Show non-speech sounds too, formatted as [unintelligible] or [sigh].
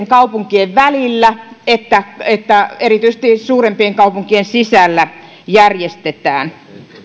[unintelligible] kaupunkien välillä että että erityisesti suurempien kaupunkien sisällä järjestetään